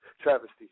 Travesty